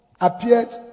appeared